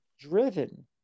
driven